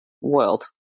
world